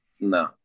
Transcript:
no